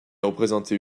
représentée